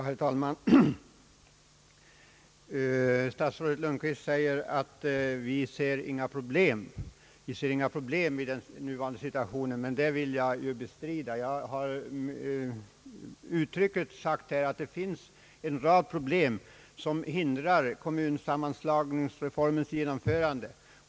Herr talman! Statsrådet Lundkvist säger att vi »inte ser några problem» i den nuvarande situationen. Det vill jag ju bestrida! Jag har uttryckligen sagt att det finns en rad problem som hindrar kommunsammanslagningsreformens genomförande.